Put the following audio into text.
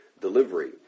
delivery